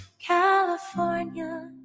California